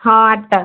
ହଁ ଆଠ୍ଟା